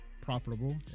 Profitable